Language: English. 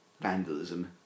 vandalism